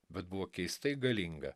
bet buvo keistai galinga